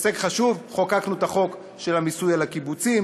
הישג חשוב: חוקקנו את החוק של המיסוי על הקיבוצים.